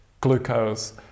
glucose